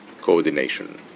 coordination